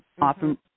often